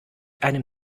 einem